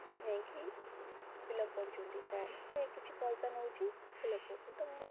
ଯାଇକି ଫିଲ୍ଅପ୍ କରୁଛନ୍ତି ଫର୍ମ ସେ କିଛି ପଇସା ନେଉଛି ଫିଲ୍ଅପ୍ କରୁଛନ୍ତି ତ ମୁଁ ତ